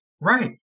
Right